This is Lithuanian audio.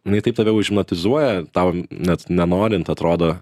jinai taip tave užhipnotizuoja tau net nenorint atrodo